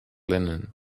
linen